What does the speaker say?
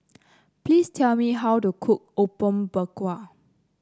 please tell me how to cook Apom Berkuah